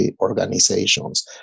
organizations